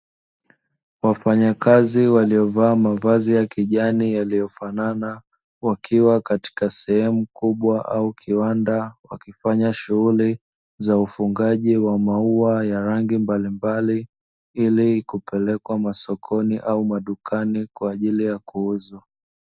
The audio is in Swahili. Wafanyakazi waliovaa mavazi ya kijani yaliofanana, wakiwa katika sehemu kubwa au kiwanda, wakifanya shughuli za ufungaji wa maua ya rangi mbalimbali, ili kupelekwa masokoni au madukani kwa ajili ya kuuzwa.